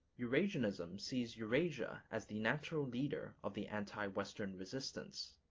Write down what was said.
eurasianism sees eurasia as the natural leader of the anti-western resistance.